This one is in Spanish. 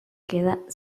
queda